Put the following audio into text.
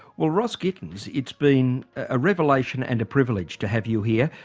well ross gittins, it's been a revelation and a privilege to have you here.